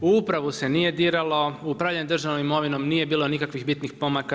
U upravu se nije diralo, u upravljanju državnom imovinom nije bilo nikakvih bitnih pomaka.